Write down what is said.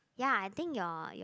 ya I think your your